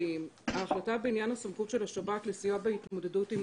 ההחלטה בעניין הסמכות של השב"כ לסיוע בהתמודדות עם